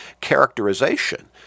characterization